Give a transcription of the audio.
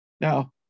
Now